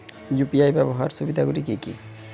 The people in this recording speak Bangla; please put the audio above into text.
ইউ.পি.আই ব্যাবহার সুবিধাগুলি কি কি?